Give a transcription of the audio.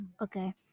Okay